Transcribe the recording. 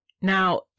Now